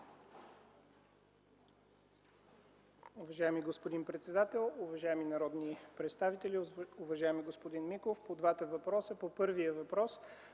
Уважаеми господин председател, уважаеми народни представители, уважаеми господин Миков! По първия въпрос